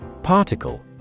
Particle